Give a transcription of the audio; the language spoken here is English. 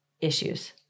issues